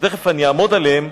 שמייד אני אעמוד עליהם,